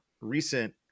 recent